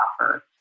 offer